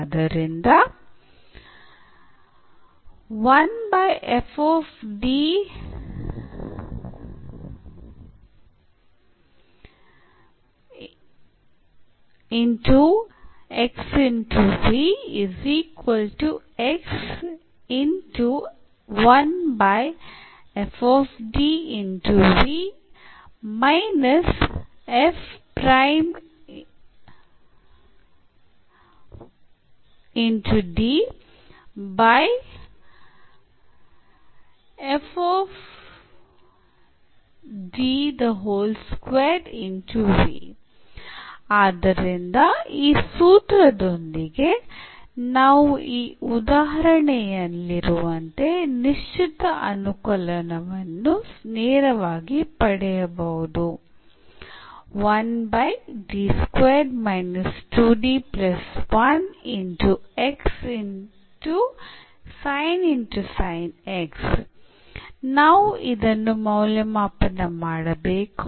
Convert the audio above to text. ಆದ್ದರಿಂದ ಆದ್ದರಿಂದ ಈ ಸೂತ್ರದೊಂದಿಗೆ ನಾವು ಈ ಉದಾಹರಣೆಯಲ್ಲಿರುವಂತೆ ನಿಶ್ಚಿತ ಅನುಕಲನವನ್ನು ನೇರವಾಗಿ ಪಡೆಯಬಹುದು ನಾವು ಇದನ್ನು ಮೌಲ್ಯಮಾಪನ ಮಾಡಬೇಕು